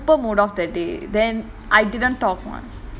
ya I was super mood off that day then I didn't talk much